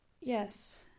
Yes